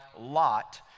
Lot